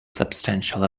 substantial